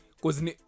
Cause